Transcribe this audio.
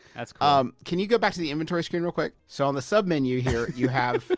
that's cool. um, can you go back to the inventory screen real quick? so on the submenu here, you have.